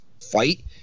fight